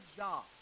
job